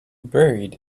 buried